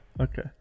Okay